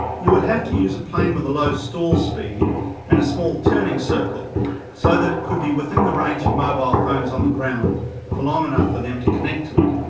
you would have to use a plane with a low stall speed and a small turning circle so that it could be within the range of mobile phones on the ground for long enough for them to connect to it.